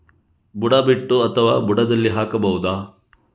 ಬುಡ ಬಿಟ್ಟು ಅಥವಾ ಬುಡದಲ್ಲಿ ಹಾಕಬಹುದಾ?